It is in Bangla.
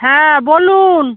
হ্যাঁ বলুন